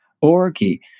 orgy